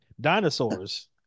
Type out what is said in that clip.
Dinosaurs